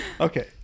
okay